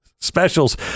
Specials